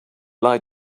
lied